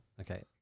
Okay